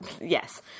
yes